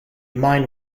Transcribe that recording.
mine